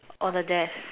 on the desk